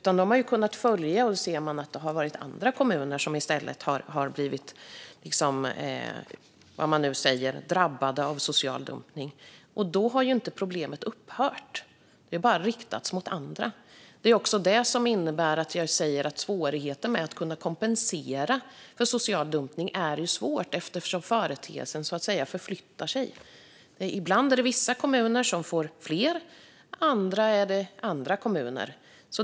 När man har kunnat följa det har man sett att det har varit andra kommuner i stället som blivit drabbade av social dumpning. Då har inte problemet upphört utan bara riktats mot andra. Det är därmed svårt att kompensera för social dumpning, eftersom företeelsen så att säga förflyttar sig. Ibland är det vissa kommuner som får fler, ibland är det andra kommuner.